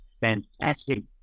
fantastic